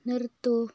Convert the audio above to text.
നിർത്തൂ